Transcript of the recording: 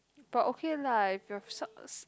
but okay lah if your s~